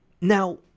Now